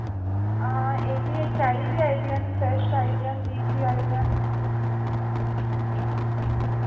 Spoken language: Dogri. हां एह् बी ऐ चैरी बी आई दियां न फ्रैश आई दियां न लीची आई दियां न